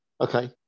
Okay